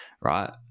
right